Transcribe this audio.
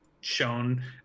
shown